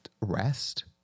Rest